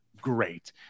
great